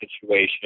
situation